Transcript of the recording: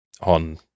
on